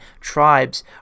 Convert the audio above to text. tribes